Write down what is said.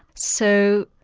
so